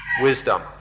wisdom